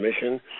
mission